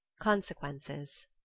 Consequences